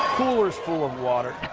coolers full of water.